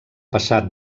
passar